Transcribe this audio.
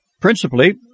Principally